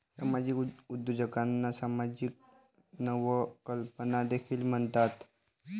सामाजिक उद्योजकांना सामाजिक नवकल्पना देखील म्हणतात